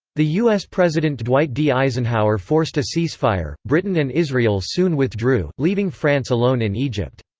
the us president dwight d. eisenhower forced a ceasefire britain and israel soon withdrew, leaving france alone in egypt.